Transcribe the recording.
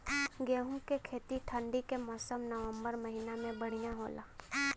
गेहूँ के खेती ठंण्डी के मौसम नवम्बर महीना में बढ़ियां होला?